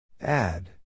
Add